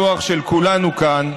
ואני בטוח שהיא של כולנו כאן,